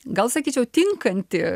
gal sakyčiau tinkanti